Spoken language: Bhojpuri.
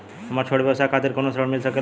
हमरे छोट व्यवसाय खातिर कौनो ऋण मिल सकेला?